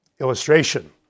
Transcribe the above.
Illustration